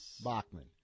Bachman